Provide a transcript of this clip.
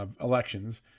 elections